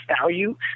value